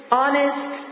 honest